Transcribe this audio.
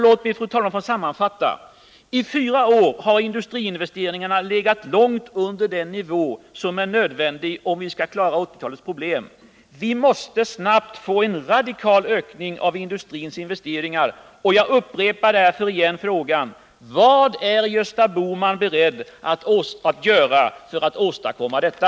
Låt mig, fru talman, få sammanfatta: I fyra år har industriinvesteringarna legat långt under den nivå som är nödvändig om vi skall klara 1980-talets problem. Vi måste snabbt få en radikal ökning av industrins investeringar. Jag upprepar därför min fråga: Vad är Gösta Bohman beredd att göra för att åstadkomma detta?